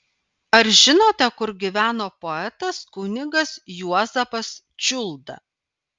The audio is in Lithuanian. ar žinote kur gyveno poetas kunigas juozapas čiulda